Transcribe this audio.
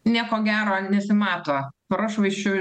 nieko gero nesimato prošvaisčių